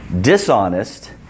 dishonest